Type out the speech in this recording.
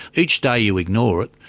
each day you ignore it,